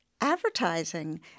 advertising –